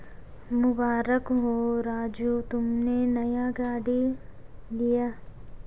मुबारक हो राजू तुमने नया गाड़ी लिया